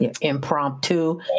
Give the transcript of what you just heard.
impromptu